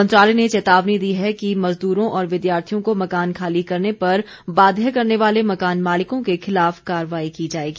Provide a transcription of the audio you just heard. मंत्रालय ने चेतावनी दी है कि मजदूरो और विद्यार्थियों को मकान खाली करने पर बाध्य करने वाले मकान मालिकों के खिलाफ कार्रवाई की जाएगी